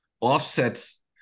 offsets